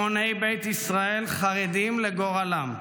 המוני בית ישראל חרדים לגורלם.